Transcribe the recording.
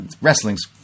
wrestling's